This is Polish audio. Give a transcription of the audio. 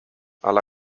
ala